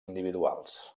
individuals